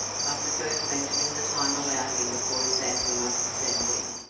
after first mentioning the time allowed him before his answer must be sent in.